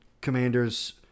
Commanders